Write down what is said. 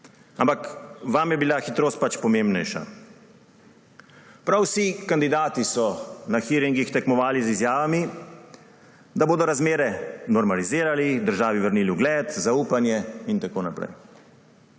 ampak vam je bila hitrost pač pomembnejša. Prav vsi kandidati so na hearingih tekmovali z izjavami, da bodo razmere normalizirali, državi vrnili ugled, zaupanje in tako naprej.